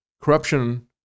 corruption